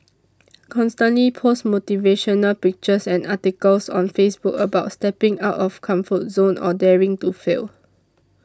constantly post motivational pictures and articles on Facebook about stepping out of comfort zone or daring to fail